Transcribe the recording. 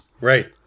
Right